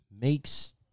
makes